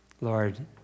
Lord